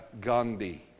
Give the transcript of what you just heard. Gandhi